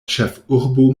ĉefurbo